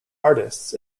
artists